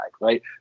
right